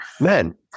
men